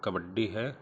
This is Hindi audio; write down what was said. कबड्डी है